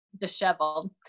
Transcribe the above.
Disheveled